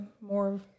more